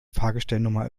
fahrgestellnummer